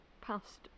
past